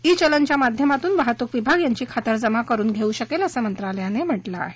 E चलनच्या माध्यमातून वाहतूक विभाग यांची खातरजमा करुन घेऊ शकेल असं मंत्रालयानं म्हटलं आहे